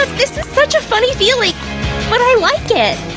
this is such a funny feeling! but i like it.